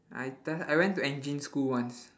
ITAS I went to engine school once